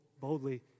boldly